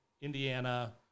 Indiana